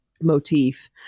motif